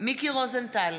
מיקי רוזנטל,